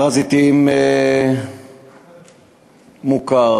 הר-הזיתים מוכר.